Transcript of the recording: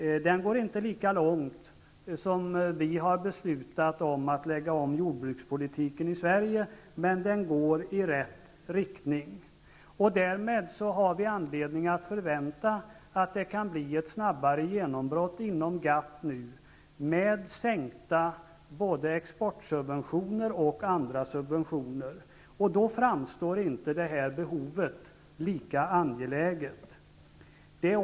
Den går inte lika långt som vår omläggning av jordbrukspolitiken i Sverige, men den går i rätt riktning. Därmed har vi nu anledning att förvänta ett snabbare genombrott inom GATT med både minskade exportsubventioner och minskade andra subventioner. Då framstår inte detta behov som lika angeläget.